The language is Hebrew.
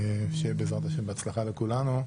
שיהיה בעזרת השם בהצלחה כולנו.